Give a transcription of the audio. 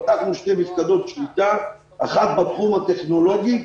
פתחנו שתי מִפקדות שליטה, האחת בתחום הטכנולוגי,